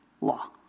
law